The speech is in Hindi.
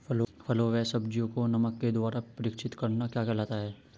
फलों व सब्जियों को नमक के द्वारा परीक्षित करना क्या कहलाता है?